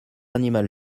animal